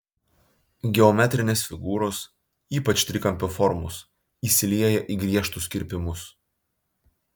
geometrinės figūros ypač trikampio formos įsilieja į griežtus kirpimus